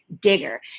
digger